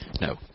No